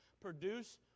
produce